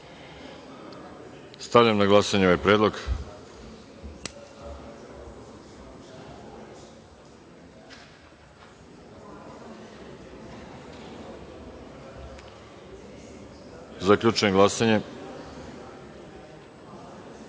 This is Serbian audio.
Stavljam na glasanje ovaj predlog. Zaključujem glasanje,